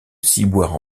ciboire